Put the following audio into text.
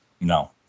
No